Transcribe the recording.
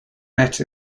met